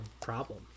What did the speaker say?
problem